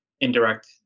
indirect